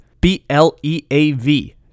B-L-E-A-V